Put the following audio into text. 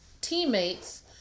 teammates